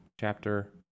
chapter